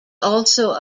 also